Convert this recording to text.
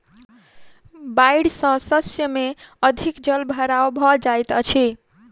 बाइढ़ सॅ शस्य में अधिक जल भराव भ जाइत अछि